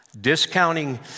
Discounting